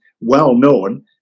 well-known